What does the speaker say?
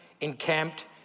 encamped